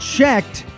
checked